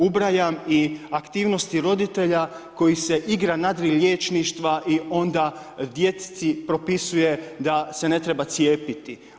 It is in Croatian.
Ubrajam i aktivnosti roditelja koji se igra … liječništva i onda dječici propisuje da se ne treba cijepiti.